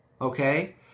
okay